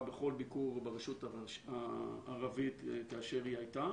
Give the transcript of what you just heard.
בכל ביקור ברשות הערבית כאשר היא הייתה,